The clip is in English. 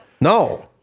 No